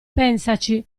pensaci